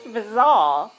bizarre